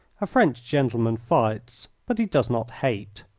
a french gentleman fights but he does not hate.